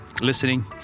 listening